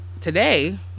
today